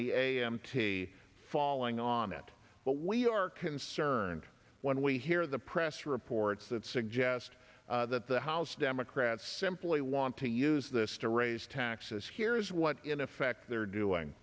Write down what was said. t falling on it but we are concerned when we hear the press reports that suggest that the house democrats simply want to use this to raise taxes here is what in effect they're doing